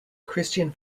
christian